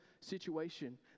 situation